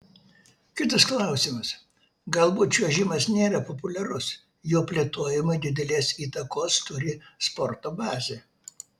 kitas klausimas galbūt čiuožimas nėra populiarus jo plėtojimui didelės įtakos turi sporto bazė